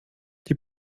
die